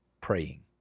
praying